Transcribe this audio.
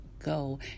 go